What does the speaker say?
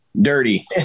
dirty